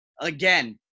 again